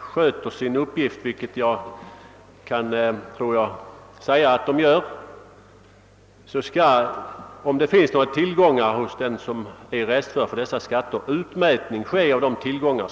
sköter sin uppgift, vilket jag tror mig kunna säga att de gör, och om det finns några tillgångar hos dem som är restförda för skatter skall alltså utmätning ske av dessa tillgångar.